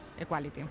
equality